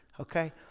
okay